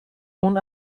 اون